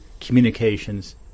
communications